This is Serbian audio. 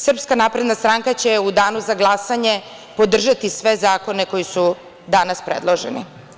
Srpska napredna stranka će u danu za glasanje podržati sve zakone koji su danas predloženi.